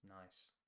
nice